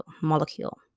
molecule